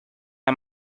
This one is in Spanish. hay